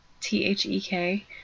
t-h-e-k